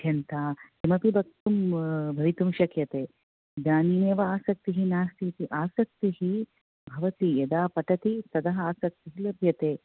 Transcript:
अभ्यन्ता किमपि भव्तुं भवितुं शक्यते ज्ञाने एव आसक्तिः नास्ति आसक्तिः भवति यदा पठति तदा आसक्तिर्लभ्यते